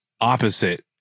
opposite